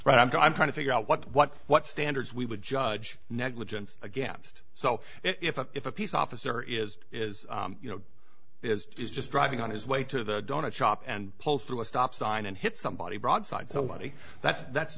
right i'm trying to figure out what what what standards we would judge negligence against so if a if a peace officer is you know it's just driving on his way to the donut shop and pulls through a stop sign and hit somebody broadside somebody that's that's